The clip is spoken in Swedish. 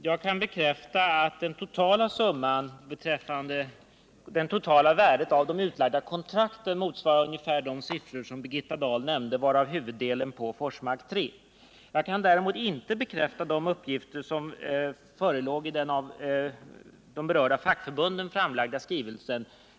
Herr talman! Jag kan bekräfta att det totala värdet av de utlagda kontrakten motsvarar ungefär de siffror som Birgitta Dahl nämnde, varav huvuddelen faller på Forsmark 3. Däremot kan jag inte bekräfta de uppgifter som nämnts i den av fackförbunden avlämnade skrivelsen.